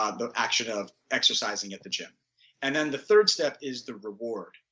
ah the action of exercising at the gym and then the third step is the reward.